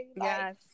yes